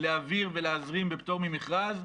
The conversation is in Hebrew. להעביר ולהזרים בפטור ממכרז,